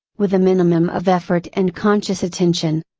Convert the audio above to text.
with a minimum of effort and conscious attention.